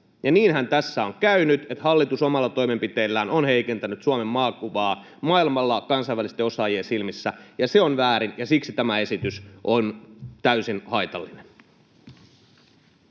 Niinhän tässä on käynyt, että hallitus omilla toimenpiteillään on heikentänyt Suomen maakuvaa maailmalla kansainvälisten osaajien silmissä, ja se on väärin. Siksi tämä esitys on täysin haitallinen.